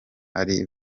ari